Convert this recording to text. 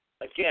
again